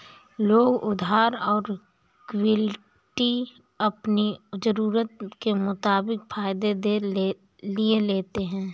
लोग उधार और इक्विटी अपनी ज़रूरत के मुताबिक फायदे के लिए लेते है